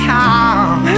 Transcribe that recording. time